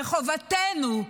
וחובתנו,